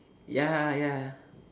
ya ya